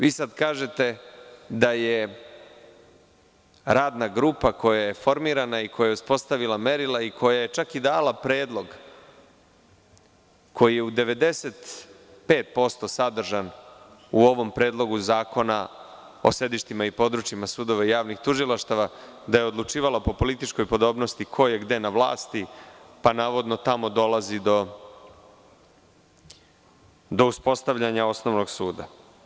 Vi sad kažete da je radna grupa koja je formirana, i koja je uspostavila merila i koja je čak dala predlog, koji u 95% sadržan u ovom predlogu zakona o sedištima i područjima sudova i javnih tužilaštava, da je odlučivala po političkoj podobnosti koje gde na vlasti, pa navodno dolazi do uspostavljanja osnovnog suda.